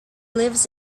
lives